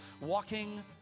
walking